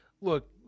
look